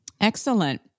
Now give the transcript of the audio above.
Excellent